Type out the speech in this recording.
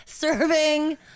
Serving